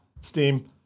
Steam